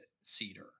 cedar